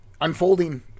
unfolding